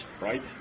right